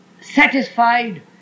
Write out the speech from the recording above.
satisfied